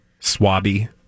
Swabby